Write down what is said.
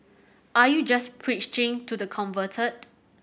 are you just preaching to the converted